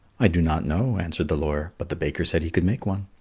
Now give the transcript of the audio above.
i do not know, answered the lawyer but the baker said he could make one.